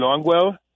Longwell